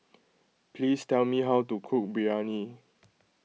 please tell me how to cook Biryani